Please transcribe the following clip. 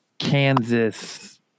Kansas